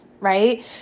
Right